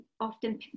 often